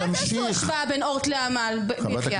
אל תעשו איפה בין אורט לעמל, בחייאת.